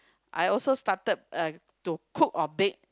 I also started uh to cook or bake